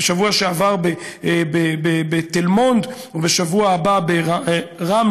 בשבוע שעבר בתל מונד ובשבוע הבא ברמלה,